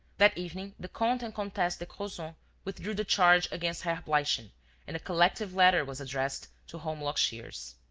that evening, the comte and comtesse de crozon withdrew the charge against herr bleichen and a collective letter was addressed to holmlock shears.